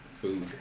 food